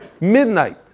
midnight